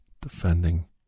defending